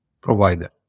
provider